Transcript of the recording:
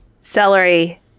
Celery